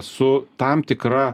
su tam tikra